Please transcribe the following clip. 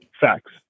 Facts